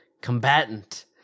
combatant